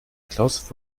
klaus